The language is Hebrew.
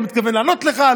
לא מתכוון לענות לך,